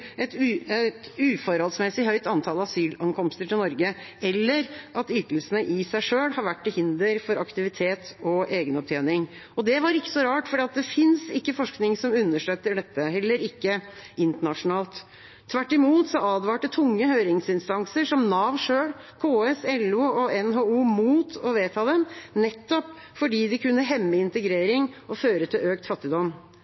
et uforholdsmessig høyt antall asylankomster til Norge, eller at ytelsene i seg selv har vært til hinder for aktivitet og egenopptjening. Det var ikke så rart, for det finnes ikke forskning som understøtter dette, heller ikke internasjonalt. Tvert imot advarte tunge høringsinstanser, som Nav selv, KS, LO og NHO, mot å vedta forslagene, nettopp fordi de kunne hemme